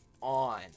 on